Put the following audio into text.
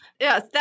Yes